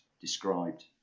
described